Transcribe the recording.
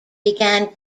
began